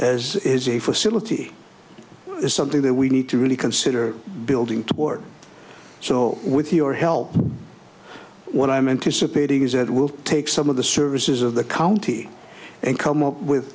as is a facility is something that we need to really consider building toward so with your help what i meant dissipating is that we'll take some of the services of the county and come up with